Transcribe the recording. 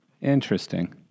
Interesting